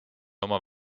oma